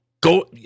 go